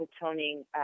toning